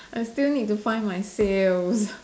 I still need to find my sales